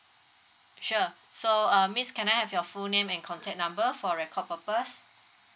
sure so uh miss can I have your full name and contact number for record purpose